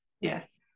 Yes